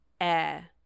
air